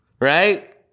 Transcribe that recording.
Right